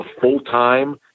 full-time